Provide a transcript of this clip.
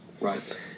Right